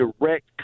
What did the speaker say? direct